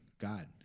God